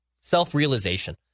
self-realization